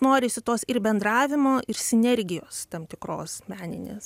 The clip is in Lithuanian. norisi tos ir bendravimo ir sinergijos tam tikros meninės